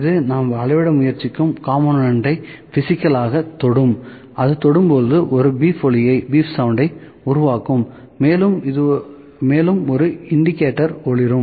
இது நாம் அளவிட முயற்சிக்கும் காம்போனெண்ட்டை பிசிக்கலாக தொடும் அது தொடும் போது ஒரு பீப் ஒலியை உருவாக்கும் மேலும் ஒரு இண்டிகேட்டர் ஒளிரும்